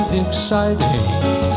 exciting